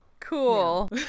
Cool